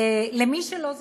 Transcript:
למי שלא זוכר,